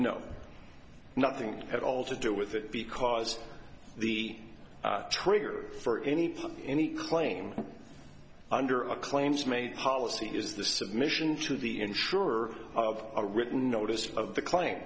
no nothing at all to do with it because the trigger for any any claim under a claims made policy is the submission to the insurer of a written notice of the cl